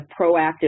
proactive